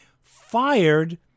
fired